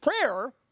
prayer